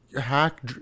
Hack